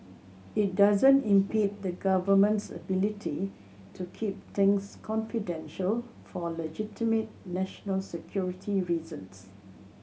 it doesn't impede the Government's ability to keep things confidential for legitimate national security reasons